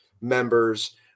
members